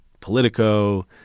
Politico